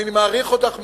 אני מעריך אותך מאוד,